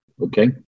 Okay